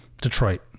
Detroit